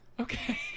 Okay